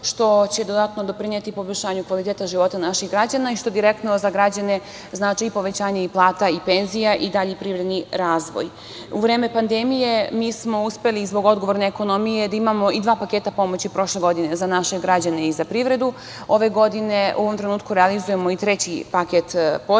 što će dodatno doprineti poboljšanju kvaliteta života naših građana i što direktno za građane znači i povećanje plata i penzija i dalji privredni razvoj.U vreme pandemije mi smo uspeli zbog odgovorne ekonomije da imamo i dva paketa pomoći prošle godine za naše građane i za privredu. Ove godine u ovom trenutku realizujemo i treći paket podrške